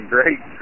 Great